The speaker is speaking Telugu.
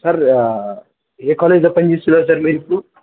సార్ ఏ కాలేజ్లో పని చేస్తున్నారు సార్ మీరిప్పుడు